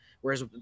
Whereas